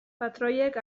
patroiek